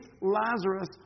Lazarus